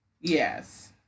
Yes